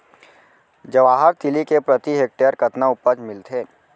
जवाहर तिलि के प्रति हेक्टेयर कतना उपज मिलथे?